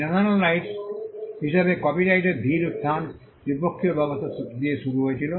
international rights হিসাবে কপিরাইটের ধীর উত্থান দ্বিপক্ষীয় ব্যবস্থা দিয়ে শুরু হয়েছিল